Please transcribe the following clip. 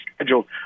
scheduled